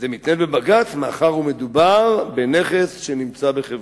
זה מתנהל בבג"ץ מאחר שמדובר בנכס שנמצא בחברון".